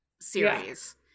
series